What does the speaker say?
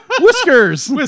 Whiskers